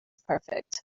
perfect